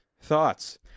Thoughts